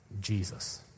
Jesus